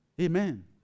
Amen